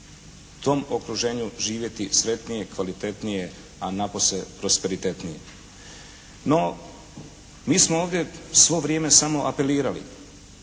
tom okruženju živjeti sretnije, kvalitetnije, a napose prosperitetnije. No, mi smo ovdje svo vrijeme samo apelirali,